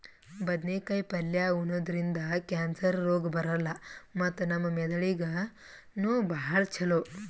ಬದ್ನೇಕಾಯಿ ಪಲ್ಯ ಉಣದ್ರಿಂದ್ ಕ್ಯಾನ್ಸರ್ ರೋಗ್ ಬರಲ್ಲ್ ಮತ್ತ್ ನಮ್ ಮೆದಳಿಗ್ ನೂ ಭಾಳ್ ಛಲೋ